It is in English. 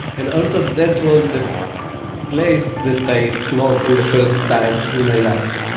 and also that was the place that i smoke in the first time in my life.